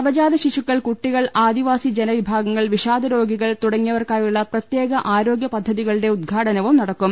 നവജാതശിശുക്കൾ കുട്ടികൾ ആദിവാസി ജനവിഭാഗങ്ങൾ വിഷാദരോഗികൾ തുടങ്ങിയവർക്കായുളള പ്രത്യേക ആരോഗ്യ പദ്ധതിക ളുടെ ഉദ്ഘാടനവും നടക്കും